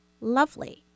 lovely